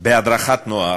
בהדרכת נוער